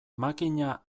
makina